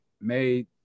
made